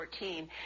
2014